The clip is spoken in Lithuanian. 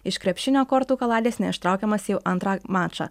iš krepšinio kortų kaladės neištraukiamas jau antrą mačą